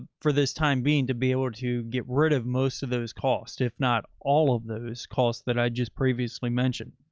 ah for this time being to be able to get rid of most of those costs, if not all of those costs that i just previously mentioned.